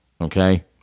okay